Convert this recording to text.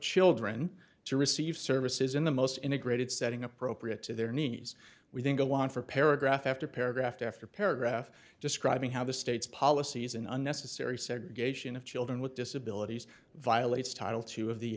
children to receive services in the most integrated setting appropriate to their needs we then go on for paragraph after paragraph after paragraph describing how the state's policies an unnecessary segregation of children with disabilities violates title two of the